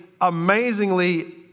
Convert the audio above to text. amazingly